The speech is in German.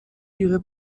ihre